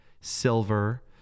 silver